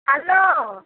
hello